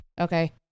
Okay